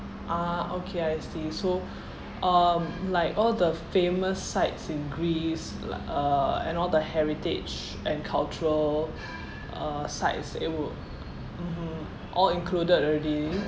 ah okay I see so um like all the famous sites in greece like uh and all the heritage and cultural uh sites it will mmhmm all included already